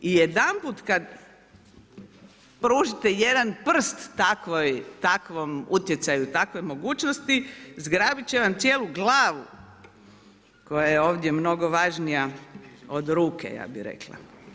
I jedanput kad pružite jedan prst takvom utjecaju, takvoj mogućnosti zgrabiti će vam cijelu glavu koja je ovdje mnogo važnija od ruke, ja bih rekla.